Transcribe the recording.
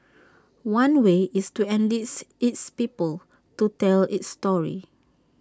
one way is to enlist its people to tell its story